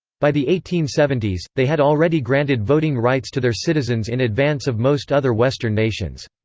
by the eighteen seventy s, they had already granted voting rights to their citizens in advance of most other western nations.